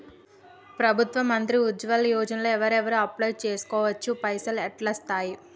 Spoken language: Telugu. ప్రధాన మంత్రి ఉజ్వల్ యోజన లో ఎవరెవరు అప్లయ్ చేస్కోవచ్చు? పైసల్ ఎట్లస్తయి?